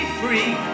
free